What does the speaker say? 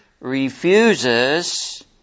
Refuses